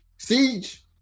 Siege